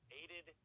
aided